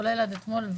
כולל עד אתמול.